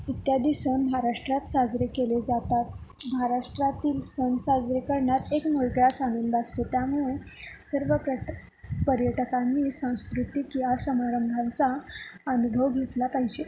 इत्यादी सण महाराष्ट्रात साजरे केले जातात महाराष्ट्रातील सण साजरे करण्यात एक वेगळाच आनंद असतो त्यामुळे सर्व प्रट पर्यटकांनी सांस्कृतिक या समारंभांचा अनुभव घेतला पाहिजे